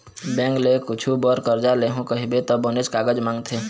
bank ले कुछु बर करजा लेहूँ कहिबे त बनेच कागज मांगथे